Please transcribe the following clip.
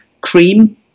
cream